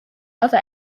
other